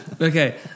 Okay